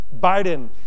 Biden